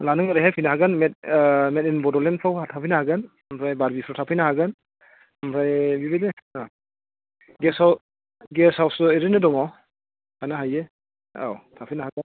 होनब्ला नों ओरैहाय फैनो हागोन मेद इन बडलेण्डफ्राव थाफैनो हागोन ओमफ्राय बारबिफ्राव थाफैनो हागोन ओमफ्राय बिदिनो गेष्टहाउस बिदिनो दंङ थानो हायो औ थाफैनो हागोन